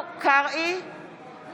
אינו נוכח מירי מרים